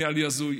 נראה לי הזוי.